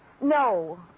No